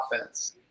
offense